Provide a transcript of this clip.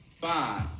five